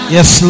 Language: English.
Yes